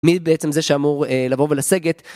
מי בעצם זה שאמור לבוא ולסגת?